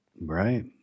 Right